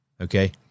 okay